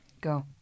Go